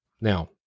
now